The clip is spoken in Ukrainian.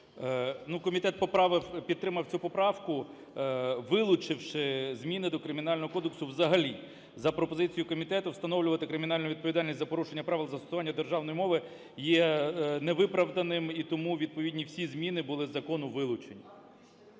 комітет підтримав цю поправку, вилучивши зміни до Кримінального кодексу взагалі. За пропозицією комітету встановлювати кримінальну відповідальність за порушення правил застосування державної мови є невиправданим і тому відповідні всі зміни були з закону вилучені.